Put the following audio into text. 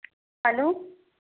hello